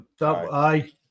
Aye